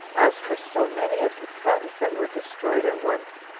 as for so many of his sons that were destroyed at once,